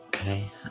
Okay